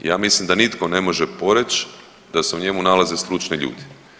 Ja mislim da nitko ne može poreći da se u njemu nalaze stručni ljudi.